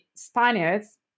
Spaniards